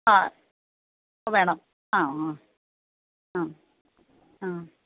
ആ വേണം ആ ആ ആ ആ